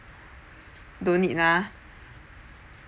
don't need ah